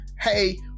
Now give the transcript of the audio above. hey